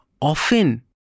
often